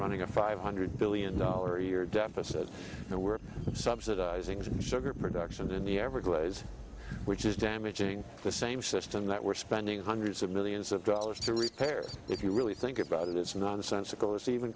running a five hundred billion dollars a year deficit and we're subsidizing sugar production in the everglades which is damaging the same system that we're spending hundreds of millions of dollars to repair if you really think about it it's nonsensical